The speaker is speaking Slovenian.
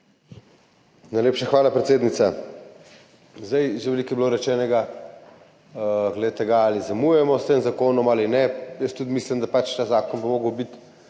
Najlepša hvala, predsednica. Že veliko je bilo rečenega glede tega, ali zamujamo s tem zakonom ali ne. Jaz tudi mislim, da bi ta zakon moral biti